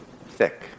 thick